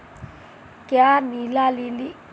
क्या नीला लिली उष्णकटिबंधीय जल लिली है?